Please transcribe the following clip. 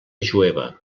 jueva